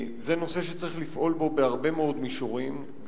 זה נושא שצריך לפעול בו בהרבה מאוד מישורים: